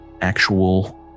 actual